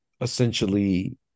essentially